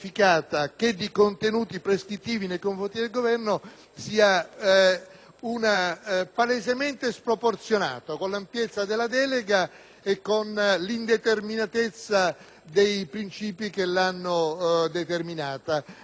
palesemente sproporzionato rispetto all'ampiezza della delega e all'indeterminatezza dei principi che l'hanno definita. Mi spiace che il Regolamento del Senato non consenta di mantenere